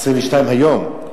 22 היום,